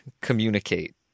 communicate